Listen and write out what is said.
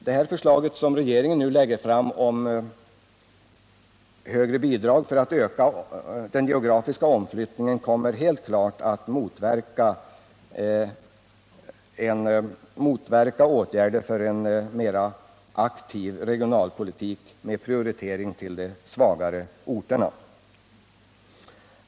Det förslag som regeringen nu lägger fram om högre bidrag för att öka den geografiska omflyttningen kommer helt klart att motverka åtgärder för en mera aktiv regionalpolitik med prioritering av de svagare orterna.